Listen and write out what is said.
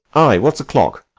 ay, what's o'clock?